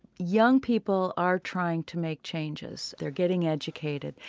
young people are trying to make changes. they're getting educated.